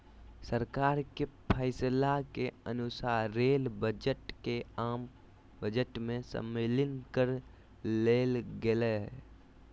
सरकार के फैसला के अनुसार रेल बजट के आम बजट में सम्मलित कर लेल गेलय